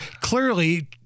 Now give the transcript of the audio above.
clearly